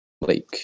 Lake